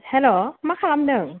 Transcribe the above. हेल' मा खालामदों